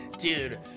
Dude